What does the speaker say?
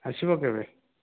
ଆସିବ କେବେ